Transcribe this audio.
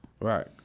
Right